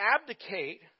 abdicate